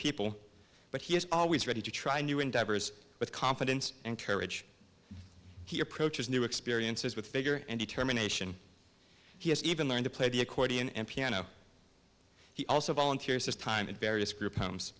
people but he is always ready to try new endeavors with confidence and courage he approaches new experiences with bigger and determination he has even learned to play the accordion and piano he also volunteers this time in various group homes